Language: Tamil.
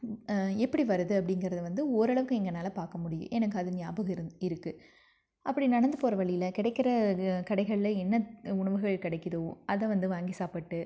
எப்படி வருது அப்படிங்கிறத வந்து ஓரளவுக்கு எங்களால பக்க முடியி எனக்கு அது ஞபாகம் இருந்து இருக்குது அப்படி நடந்து போகிற வழியில கிடைக்குற கடைகள்ல என்ன உணவுகள் கிடைக்கிதோ அதை வந்து வாங்கி சாப்பிட்டு